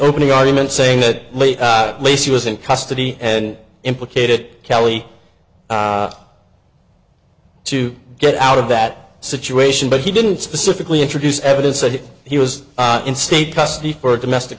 opening arguments saying that laid out lacey was in custody and implicated calley to get out of that situation but he didn't specifically introduce evidence that he was not in state custody for a domestic